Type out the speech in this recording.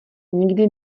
nikdy